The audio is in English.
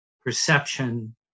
perception